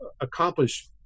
accomplish